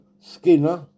Skinner